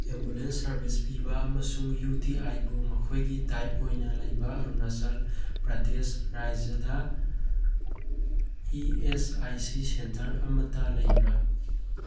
ambulance service ꯄꯤꯕ ꯑꯃꯁꯨꯡ U T ꯑꯥꯏꯕꯨ ꯃꯈꯣꯏꯒꯤ ꯇꯥꯏꯞ ꯑꯣꯏꯅ ꯂꯩꯕ ꯑꯔꯨꯅꯥꯆꯜ ꯄ꯭ꯔꯗꯦꯁ ꯔꯥꯏꯖ꯭ꯌꯗ E S I C centre ꯑꯃꯇ ꯂꯩꯕ꯭ꯔꯥ